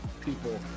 people